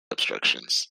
obstructions